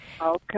Okay